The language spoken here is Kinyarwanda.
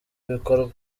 bikorwa